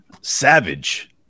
Savage